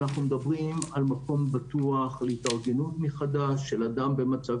אנחנו מדברים על מקום בטוח להתארגנות מחדש של אדם במצב